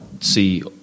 see